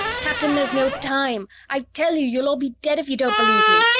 captain, there's no time! i tell you, you'll all be dead if you don't believe me!